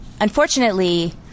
Unfortunately